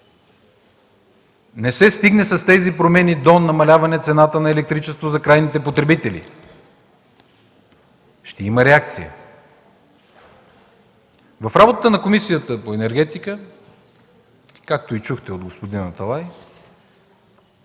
не се стигне до намаляване цената на електричеството за крайните потребители, ще има реакция. В работата на Комисията по енергетика, както чухте и от господин Аталай,